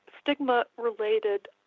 stigma-related